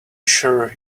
sure